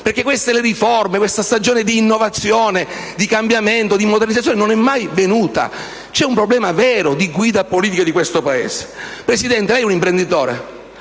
perché la stagione delle riforme, dell'innovazione, del cambiamento, della modernizzazione non è mai venuta. C'è un problema vero di guida politica di questo Paese. Presidente, lei è un imprenditore,